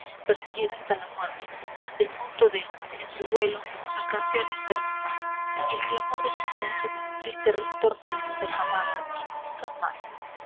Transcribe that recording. persiguiera hasta la muerte hasta el punto de en su duelo sus canciones terminar y el clamor de la esperanza con el triste ritornelo de jamás y nunca más